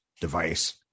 device